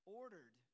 ordered